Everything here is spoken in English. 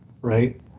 right